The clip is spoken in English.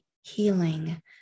healing